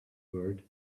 word